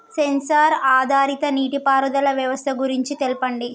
Censor ఆధారిత నీటిపారుదల వ్యవస్థ గురించి తెల్పండి?